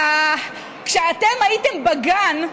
כשאתם הייתם בגן,